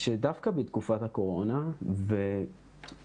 שדווקא בתקופת הקורונה ובכלל,